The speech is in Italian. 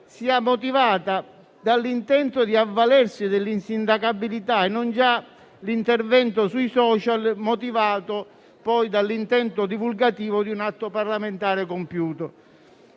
sia motivata dall'intento di avvalersi dell'insindacabilità e non già l'intervento sui *social* motivato, poi, dall'intento divulgativo di un atto parlamentare compiuto.